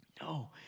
No